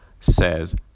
says